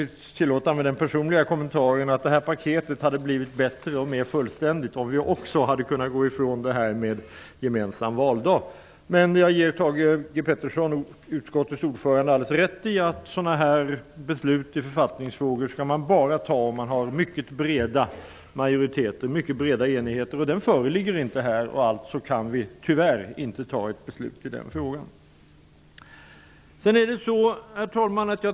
Sedan tillåter jag mig den personliga kommentaren att detta paket hade blivit bättre och mer fullständigt om vi också hade kunnat gå ifrån detta med gemensam valdag. Men jag ger utskottets ordförande Thage G Peterson alldeles rätt i att beslut om författningsfrågor bara skall fattas om man har mycket breda majoriteter, och någon sådan föreligger inte i det här sammanhanget. Alltså kan vi tyvärr inte fatta ett beslut i den frågan. Herr talman!